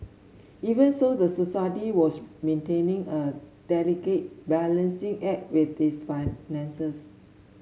even so the society was maintaining a delicate balancing act with its finances